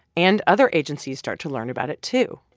and other agencies start to learn about it, too,